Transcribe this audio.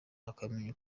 akamenya